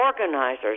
organizers